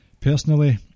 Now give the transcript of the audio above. Personally